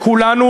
לכולנו,